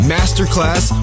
Masterclass